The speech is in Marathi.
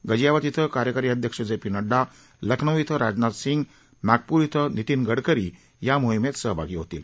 गाझियाबाद इथं कार्यकारी अध्यक्ष जे पी नड्डा लखनौ इथं राजनाथ सिंग नितीन गडकरीनागप्र इथं या मोहिमेत सहभागी होतील